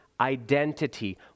identity